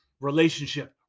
relationship